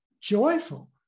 joyful